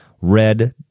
red